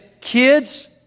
kids